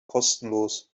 kostenlos